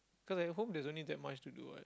cause at home there's only that much to do what